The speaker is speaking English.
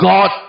God